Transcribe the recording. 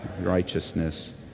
righteousness